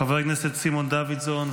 חבר הכנסת סימון דוידסון,